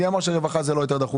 מי אמר שרווחה זה לא יותר דחוף?